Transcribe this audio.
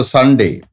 Sunday